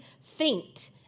faint